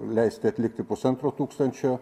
leisti atlikti pusantro tūkstančio